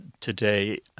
today